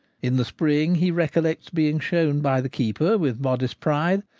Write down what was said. in the spring he recollects being shown by the keeper, with modest pride,